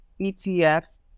ETFs